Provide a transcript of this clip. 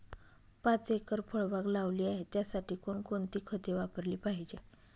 पाच एकर फळबाग लावली आहे, त्यासाठी कोणकोणती खते वापरली पाहिजे?